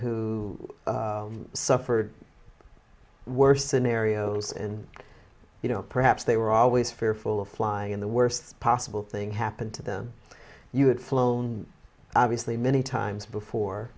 who suffered worst scenarios and you know perhaps they were always fearful of flying in the worst possible thing happened to them you had flown obviously many times before